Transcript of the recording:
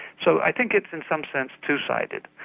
so i think it's in some sense two sided.